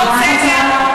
אותנו.